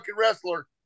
wrestler